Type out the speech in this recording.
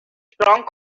strong